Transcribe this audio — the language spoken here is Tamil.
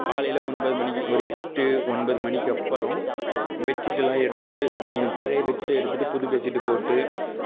காலையில் ஒன்பது மணிக்கு ஒரு எட்டு ஒன்பது மணிக்கப்புறம் பெட்ஷீட் எல்லாம் எடுத்து பழைய பெட்ஷீட் எடுத்துகிட்டு புது பெட்ஷீட்டை போட்டு